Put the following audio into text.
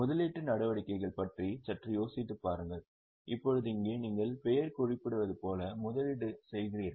முதலீட்டு நடவடிக்கைகளைப் பற்றி சற்று யோசித்துப் பாருங்கள் இப்போது இங்கே நீங்கள் பெயர் குறிப்பிடுவது போல் முதலீடு செய்கிறீர்கள்